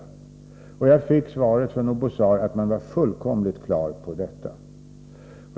Jag fick svaret från Oubouzar att man var fullkomligt på det klara med detta.